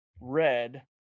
red